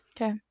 Okay